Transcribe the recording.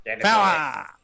Power